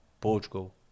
Portugal